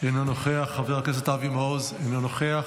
אינו נוכח, חבר הכנסת אבי מעוז, אינו נוכח,